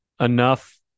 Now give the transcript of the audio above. enough